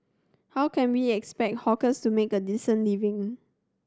how can we expect hawkers to make a decent living